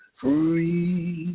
free